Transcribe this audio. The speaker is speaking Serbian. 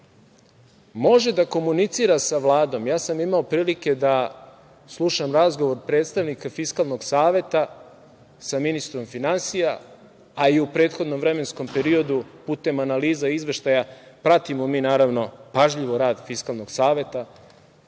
može da komunicira sa Vladom? Ja sam imao prilike da slušam razgovor predstavnika Fiskalnog saveta sa ministrom finansija, a i u prethodnom vremenskom periodu putem analiza izveštaja, pratimo mi naravno pažljivo rad Fiskalnog saveta,